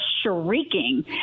shrieking